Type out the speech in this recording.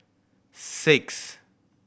six